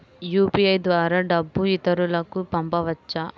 UPI ద్వారా డబ్బు ఇతరులకు పంపవచ్చ?